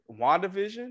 wandavision